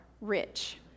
rich